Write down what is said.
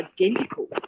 identical